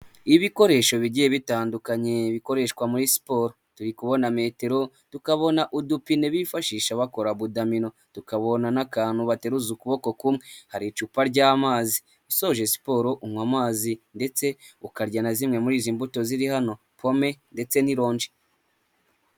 Ibikoresho bigiye bitandukanye bikoreshwa muri siporo. Turi kubona metero, tukabona udupine bifashisha bakora budamino, tukabona n'akantu bateruza ukuboko kumwe, hari icupa ry'amazi, ushoje siporo unywa amazi, ndetse ukarya na zimwe muri izi mbuto ziri hano. Pome ndetse n'ironji.